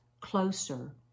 closer